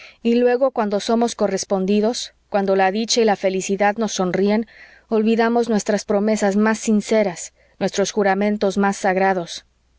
y luego cuando somos correspondidos cuando la dicha y la felicidad nos sonríen olvidamos nuestras promesas más sinceras nuestros juramentos más sagrados